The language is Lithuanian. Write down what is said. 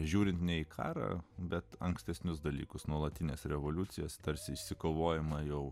žiūrint nei karą bet ankstesnius dalykus nuolatinės revoliucijos tarsi išsikovojama jau